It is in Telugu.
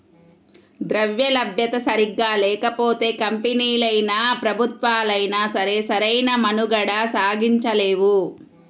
ద్రవ్యలభ్యత సరిగ్గా లేకపోతే కంపెనీలైనా, ప్రభుత్వాలైనా సరే సరైన మనుగడ సాగించలేవు